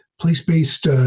place-based